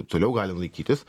toliau galim laikytis